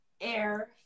air